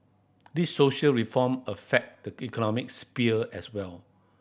these social reform affect the economic sphere as well